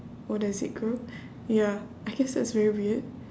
or does it grow ya I guess that's very weird